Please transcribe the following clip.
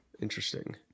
Interesting